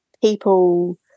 people